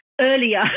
earlier